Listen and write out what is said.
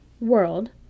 World